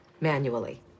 manually